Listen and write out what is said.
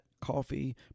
coffee